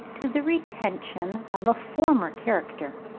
to the retention of a former character.